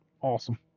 Awesome